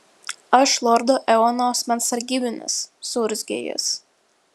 aš lordo eono asmens sargybinis suurzgė jis